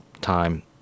time